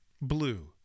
blue